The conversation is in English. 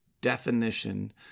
definition